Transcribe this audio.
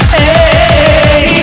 hey